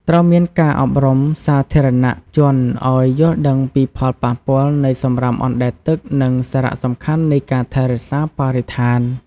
ត្រូវមានការអប់រំសាធារណជនឱ្យយល់ដឹងពីផលប៉ះពាល់នៃសំរាមអណ្តែតទឹក និងសារៈសំខាន់នៃការថែរក្សាបរិស្ថាន។